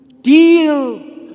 deal